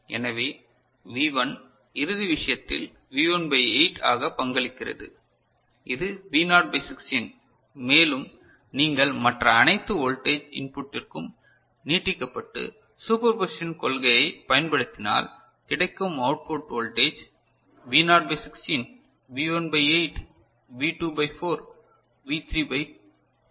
எனவே வி 1 இறுதி விஷயத்தில் வி 1 பை 8 ஆக பங்களிக்கிறது இது V நாட் பை 16 மேலும் நீங்கள் மற்ற அனைத்து வோல்டேஜ் இன்புட்டிற்கும் நீட்டிக்கப்பட்டு சூப்பர் போசிஷனின் கொள்கையைப் பயன்படுத்தினால் கிடைக்கும் output voltage V naught by 16 V 1 by 8 V 2 by 4 V 3 by 2